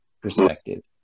perspective